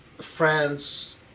France